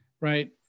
right